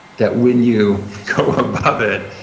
that when you go above it,